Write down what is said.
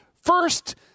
First